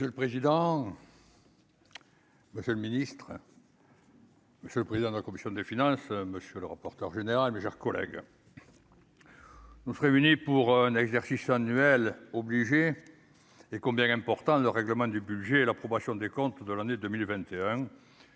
Monsieur le président. Monsieur le Ministre. Afghanistan. Monsieur le président de la commission des finances, monsieur le rapporteur général, mes chers collègues, nous réunis pour un exercice annuel obligé et combien il est important, le règlement du budget l'approbation des comptes de l'année 2021